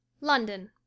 London